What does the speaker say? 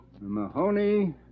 Mahoney